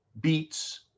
beets